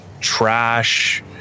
trash